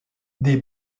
des